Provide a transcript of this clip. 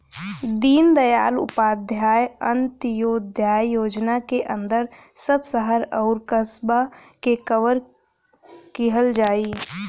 दीनदयाल उपाध्याय अंत्योदय योजना के अंदर सब शहर आउर कस्बा के कवर किहल जाई